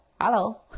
hello